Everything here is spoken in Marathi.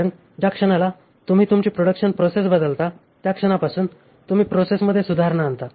कारण ज्या क्षणाला तुम्ही तुमची प्रोडक्शन प्रोसेस बदलता त्या क्षणापासून तुम्ही प्रोसेसमध्ये सुधारणा आणता